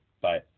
Bye